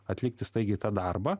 atlikti staigiai tą darbą